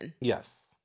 Yes